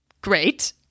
great